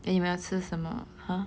then 你们要吃什么 !huh!